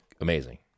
amazing